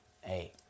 Hey